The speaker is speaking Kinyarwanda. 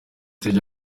stage